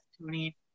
Tony